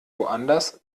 woanders